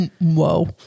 whoa